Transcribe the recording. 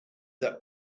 that